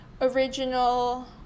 original